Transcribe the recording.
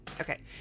okay